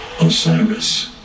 Osiris